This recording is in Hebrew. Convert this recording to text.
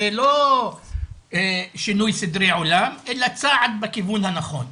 זה לא שינוי סדרי עולם אלא צעד בכיוון הנכון.